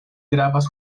gravas